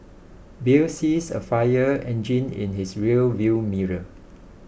Bill sees a fire engine in his rear view mirror